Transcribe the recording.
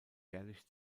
jährlich